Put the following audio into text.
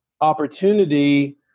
opportunity